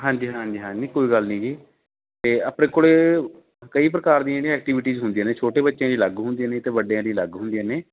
ਹਾਂਜੀ ਹਾਂਜੀ ਹਾਂ ਨਹੀਂ ਕੋਈ ਗੱਲ ਨਹੀਂ ਜੀ ਅਤੇ ਆਪਣੇ ਕੋਲ ਕਈ ਪ੍ਰਕਾਰ ਦੀਆਂ ਜਿਹੜੀਆਂ ਐਕਟੀਵੀਟੀਸ ਹੁੰਦੀਆਂ ਨੇ ਛੋਟੇ ਬੱਚਿਆਂ ਦੀ ਅਲੱਗ ਹੁੰਦੀਆਂ ਨੇ ਅਤੇ ਵੱਡਿਆਂ ਦੀ ਅਲੱਗ ਹੁੰਦੀਆਂ ਨੇ